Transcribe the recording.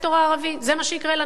חבר הכנסת בן-ארי, אתה תוכל הצעה אחרת.